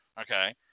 Okay